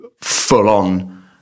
full-on